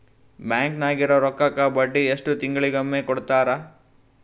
Bank ನಾಗಿರೋ ರೊಕ್ಕಕ್ಕ ಬಡ್ಡಿ ಎಷ್ಟು ತಿಂಗಳಿಗೊಮ್ಮೆ ಕೊಡ್ತಾರ?